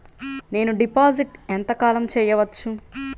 నేను డిపాజిట్ ఎంత కాలం చెయ్యవచ్చు?